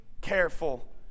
careful